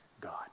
God